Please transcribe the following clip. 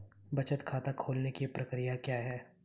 बचत खाता खोलने की प्रक्रिया क्या है?